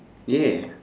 yeah